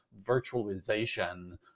virtualization